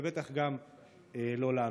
ובטח גם לא לנו,